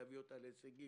להביא אותה להישגים,